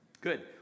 Good